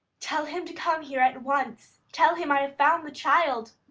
tell him to come here at once. tell him i have found the child!